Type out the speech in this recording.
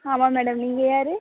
ஆமாம் மேடம் நீங்கள் யார்